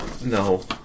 No